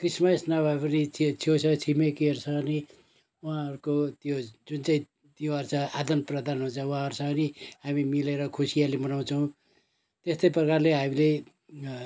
Christmas नभए पनि त्यो छेउछाउ छिमेकीहरूसँग पनि उहाँहरूको त्यो जुन चाहिँ तिहार छ आदन प्रदानहरू हुन्छ उहाँहरूसँग पनि हामी मिलेर खुसीयाली मनाउँछौँ त्यस्तै प्रकारले हामीले